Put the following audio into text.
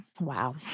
Wow